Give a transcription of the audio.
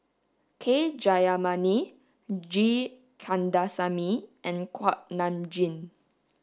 K Jayamani G Kandasamy and Kuak Nam Jin